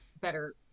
better